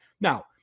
Now